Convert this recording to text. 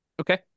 Okay